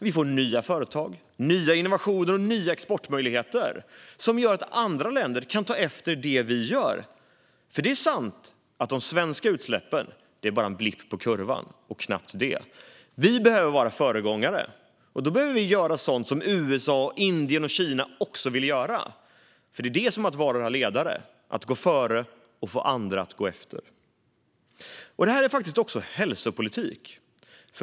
Vi får nya företag, nya innovationer och nya exportmöjligheter som gör att andra länder kan ta efter det vi gör, för det är sant att de svenska utsläppen bara är en blipp på kurvan och knappt det. Vi behöver vara föregångare. Då behöver vi göra sådant som USA, Indien och Kina också vill göra, för att vara ledare är att gå före och få andra att gå efter. Det här är faktiskt också hälsopolitik.